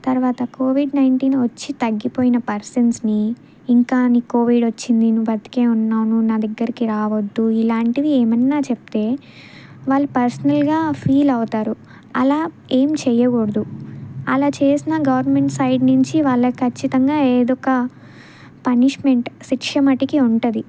తర్వాత COVID nineteen వచ్చి తగ్గిపోయిన పర్సన్స్ని ఇంకా నీకు కోవిడ్ వచ్చింది నువ్వు బతికే ఉన్నావు నువ్వు నా దగ్గరికి రావద్దు ఇలాంటివి ఏమన్నా చెప్తే వాళ్ళు పర్సనల్గా ఫీల్ అవుతారు అలా ఏమి చేయకూడదు అలా చేసిన గవర్నమెంట్ సైడ్ నుంచి వాళ్ళకు ఖచ్చితంగా ఏదో ఒక పనిష్మెంట్ శిక్ష మటుకు ఉంటుంది